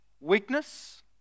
Weakness